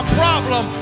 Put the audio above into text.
problem